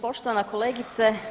Poštovana kolegice.